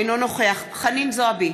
אינו נוכח חנין זועבי,